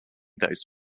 those